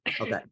Okay